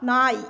நாய்